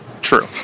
True